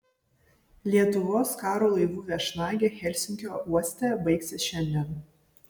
lietuvos karo laivų viešnagė helsinkio uoste baigsis šiandien